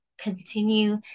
continue